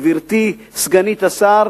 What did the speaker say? גברתי סגנית השר,